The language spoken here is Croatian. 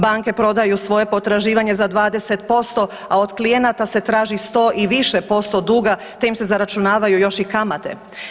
Banke prodaju svoje potraživanje za 20%, a od klijenata se traži 100 i više posto duga te im se zaračunavaju još i kamate.